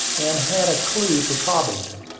and had a clue to cobbington.